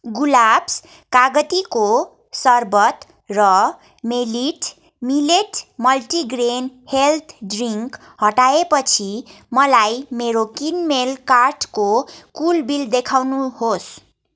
गुलाब्स कागतीको सरबत र मेलिट मिलेट मल्टिग्रेन हेल्थ ड्रिङ्क हटाएपछि मलाई मेरो किनमेल कार्टको कुल बिल देखाउनुहोस्